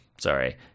sorry